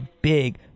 big